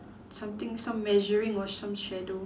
something some measuring or some shadow